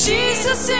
Jesus